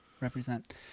Represent